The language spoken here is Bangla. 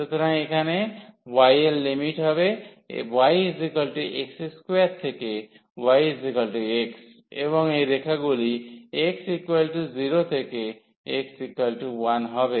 সুতরাং এখানে y এর লিমিট হবে yx2 থেকে yx এবং এই রেখাগুলি x0 থেকে x1 হবে